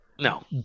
no